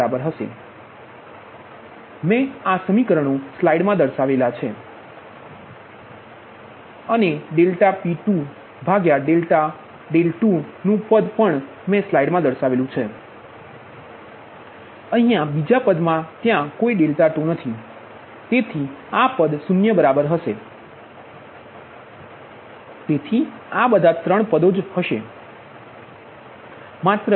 પછી Y22cosકારણ કે 2 2 રદ થશે આગામી પદ V2V3Y23cos23 23પછી છેલ્લુ પદ V2V4Y24cos24 24 છે તેથી આ પદ શૂન્ય બરાબર હશે વત્તા V2V3Y23sin23 23 વત્તાV2V4Y24sin24 24